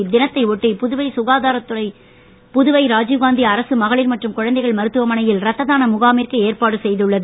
இத்தினத்தை ஒட்டி புதுவை சுகாதார துறை புதுவை ராஜிவ்காந்தி அரசு மகளிர் மற்றும் குழந்தைகள் மருத்துவமனையில் ரத்த தான முகாமிற்கு ஏற்பாடு செய்துள்ளது